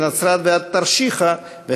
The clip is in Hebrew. מנצרת ועד תרשיחא,